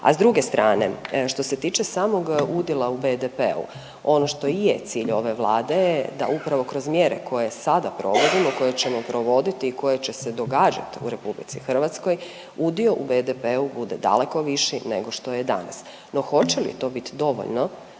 a s druge strane, što se tiče samog udjela u BDP-u, ono što je i je cilj ove Vlade, da upravo kroz mjere koje sada provodimo i koje ćemo provoditi i koje će se događati u RH, udio u BDP-u bude daleko viši nego što je danas. No, hoće li to biti dovoljno